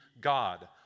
God